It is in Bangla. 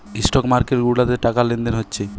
স্টক মার্কেট গুলাতে টাকা লেনদেন হচ্ছে